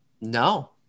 No